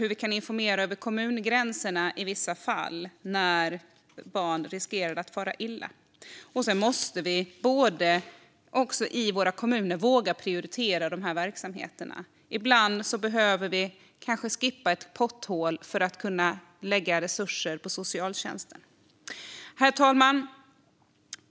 Hur man informerar över kommungränserna när barn riskerar att fara illa kan också behöva ses över. Kommunerna måste våga prioritera dessa verksamheter. Ibland måste man kanske skippa ett potthål för att kunna lägga resurser på socialtjänsten. Herr talman!